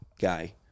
guy